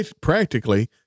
practically